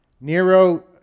Nero